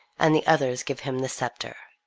and the others give him the sceptre.